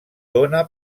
dóna